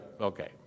okay